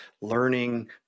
learning